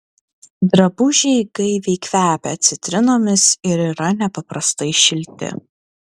drabužiai gaiviai kvepia citrinomis ir yra nepaprastai šilti